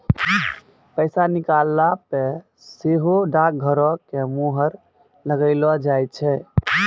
पैसा निकालला पे सेहो डाकघरो के मुहर लगैलो जाय छै